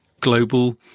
global